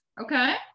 Okay